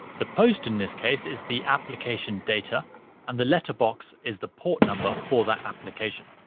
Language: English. the post in this case is the application data and the letterbox is the port number for that application.